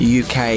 uk